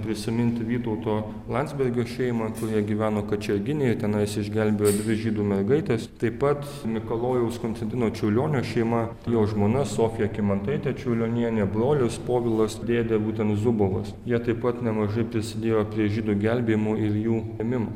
prisiminti vytauto landsbergio šeimą kurie gyveno kačerginėj ir tenais išgelbėjo dvi žydų mergaites taip pat mikalojaus konstantino čiurlionio šeima jo žmona sofija kymantaitė čiurlionienė brolis povilas dėdė būtent zubovas jie taip pat nemažai prisidėjo prie žydų gelbėjimo ir jų ėmimo